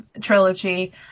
trilogy